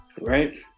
Right